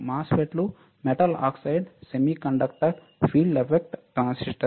MOSFET లు metal oxide semiconductor field effect ట్రాన్సిస్టర్లు